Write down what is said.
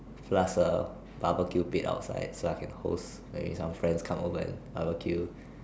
plus a barbecue pit outside so I can host maybe some friends come over and barbecue